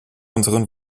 unseren